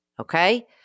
Okay